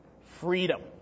Freedom